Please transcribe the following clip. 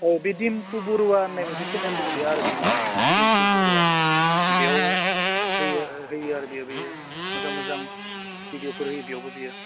औ बे डिम्पु बरुवा होननाय मोनसे चेनेल दं बेहा आरो बेनिनो डिम्पु बरुवा बेव होयो होयो आरो बेयो मोजां मोजां भिडिअफोर होयो बेयावबो बियो